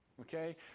Okay